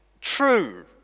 true